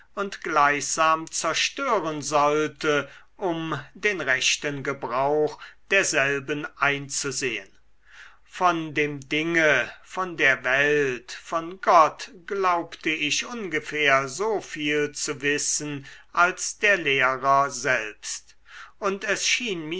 und gleichsam zerstören sollte um den rechten gebrauch derselben einzusehen von dem dinge von der welt von gott glaubte ich ungefähr so viel zu wissen als der lehrer selbst und es schien